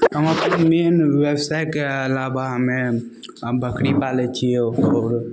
हम अपन मेन बेवसाइके अलावा हमे बकरी पालै छिए आओर